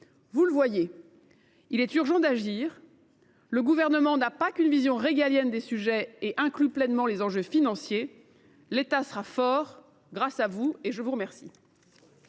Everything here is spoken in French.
vous le voyez, il est urgent d’agir. Le Gouvernement n’a pas qu’une vision régalienne des sujets et inclut pleinement les enjeux financiers. L’État sera fort, grâce à vous, et je vous en remercie.